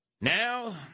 Now